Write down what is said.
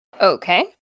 Okay